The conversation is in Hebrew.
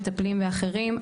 מטפלים ואחרים,